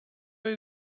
jej